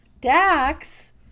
Dax